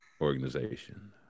organization